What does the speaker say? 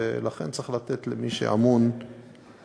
ולכן צריך לתת למי שאמון על החוק,